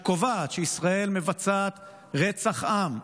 שקובעת שישראל מבצעת רצח עם,